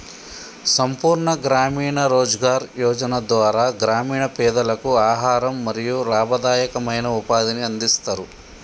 సంపూర్ణ గ్రామీణ రోజ్గార్ యోజన ద్వారా గ్రామీణ పేదలకు ఆహారం మరియు లాభదాయకమైన ఉపాధిని అందిస్తరు